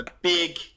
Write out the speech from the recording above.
big